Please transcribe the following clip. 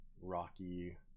Rocky